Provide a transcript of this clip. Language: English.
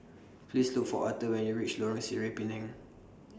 Please Look For Author when YOU REACH Lorong Sireh Pinang